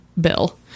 Bill